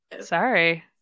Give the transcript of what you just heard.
sorry